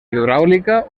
hidràulica